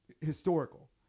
historical